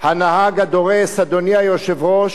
הנהג הדורס, אדוני היושב-ראש,